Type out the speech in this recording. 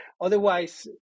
Otherwise